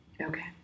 Okay